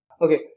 Okay